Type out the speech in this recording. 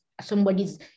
somebody's